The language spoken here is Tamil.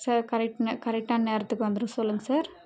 சார் கரெட் நே கரெக்டாக நேரத்துக்கு வந்துட சொல்லுங்கள் சார்